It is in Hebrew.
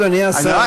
לא,